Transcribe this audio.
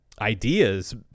ideas